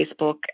Facebook